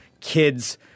kid's